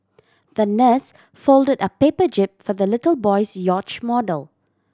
the nurse folded a paper jib for the little boy's yacht model